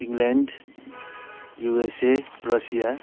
England USA Russia